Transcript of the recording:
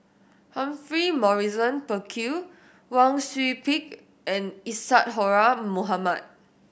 Humphrey Morrison Burkill Wang Sui Pick and Isadhora Mohamed